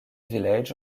village